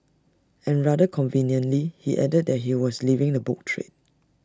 and rather conveniently he added that he was leaving the book trade